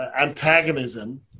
antagonism